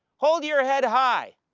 hold your head high,